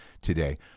today